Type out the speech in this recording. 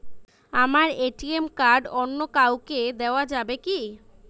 আমার ATM card অন্য কাউকে দেওয়া যাবে কি?